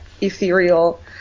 ethereal